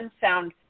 sound